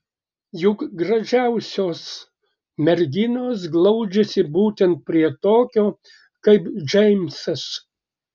juk gražiausios merginos glaudžiasi būtent prie tokio kaip džeimsas